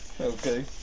Okay